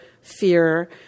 fear